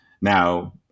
Now